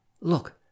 look